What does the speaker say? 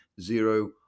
zero